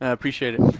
appreciate it.